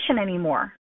anymore